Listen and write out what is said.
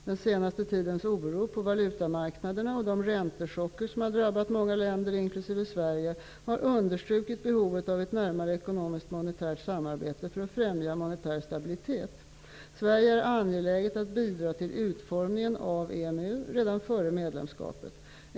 Den senaste tidens oro på valutamarknaderna och de räntechocker som har drabbat många länder, inklusive Sverige, har understrukit behovet av ett närmare ekonomiskt och monetärt samarbete för att främja monetär stabilitet. Sverige är angeläget att bidra till utformningen av EMU redan före medlemskapet.